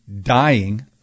Dying